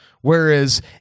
Whereas